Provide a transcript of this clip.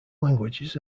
languages